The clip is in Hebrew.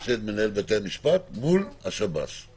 או אם יש גורם אחר שאפשר שיעשה את זה,